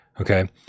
Okay